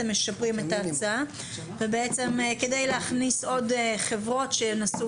אתם משפרים את ההצעה ובעצם כדי להכניס עוד חברות שינסו